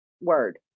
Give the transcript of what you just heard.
word